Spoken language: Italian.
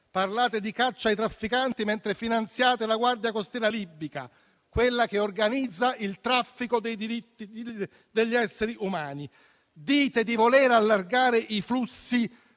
Parlate di caccia ai trafficanti mentre finanziate la guardia costiera libica, quella che organizza il traffico degli esseri umani. Dite di voler allargare i flussi,